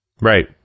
Right